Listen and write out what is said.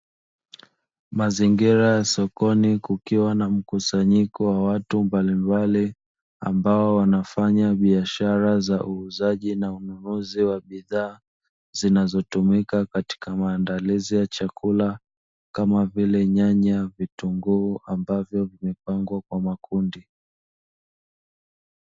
Mazingira sokoni kukiwa na mkusanyiko wa watu mbalimbali, ambao wanafanya biashara za ununuzi na uuzaji wa bidhaa, zinazotumika katika maandalizi ya chakula kama vile nyanya, vitunguu ambavyo vimepangwa kwa makundi.